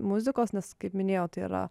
muzikos nes kaip minėjau tai yra